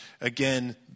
again